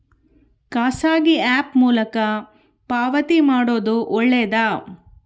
ಖಾಸಗಿ ಆ್ಯಪ್ ಮೂಲಕ ಪಾವತಿ ಮಾಡೋದು ಒಳ್ಳೆದಾ?